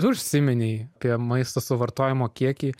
užsiminei apie maisto suvartojimo kiekį